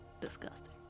disgusting